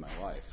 my wife